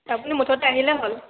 আপুনি মুঠতে আহিলে হ'ল